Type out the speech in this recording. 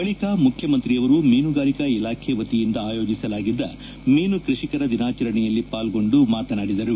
ಬಳಿಕ ಮುಖ್ಯಮಂತ್ರಿಯವರು ಮೀನುಗಾರಿಕಾ ಇಲಾಖೆ ವತಿಯಿಂದ ಆಯೋಜಿಸಲಾಗಿದ್ದ ಮೀನು ಕೃಷಿಕರ ದಿನಾಚರಣೆಯಲ್ಲಿ ಪಾಲ್ಗೊಂಡು ಮಾತನಾಡಿದರು